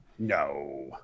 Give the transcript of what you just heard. No